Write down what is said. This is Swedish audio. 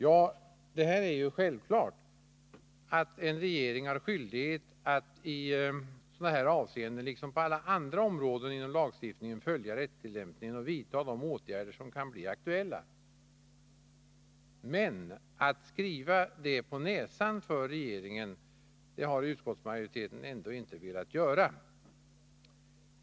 Ja, det är självklart att en regering har skyldighet att i dessa avseenden, liksom på alla andra områden inom lagstiftningen, följa rättstillämpningen och vidta de åtgärder som kan bli aktuella, men att skriva regeringen detta på näsan har utskottsmajoriteten ändå inte velat göra.